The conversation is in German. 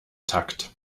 takt